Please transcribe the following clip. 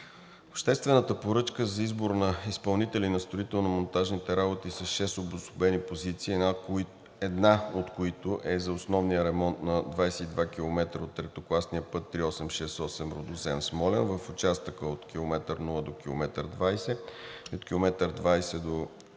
обществената поръчка за избор на изпълнители на строително монтажните работи с шест обособени позиции, една от които е за основния ремонт на 22 км от третокласния път III-868 Рудозем – Смолян в участъка от км 0 до км 20, от км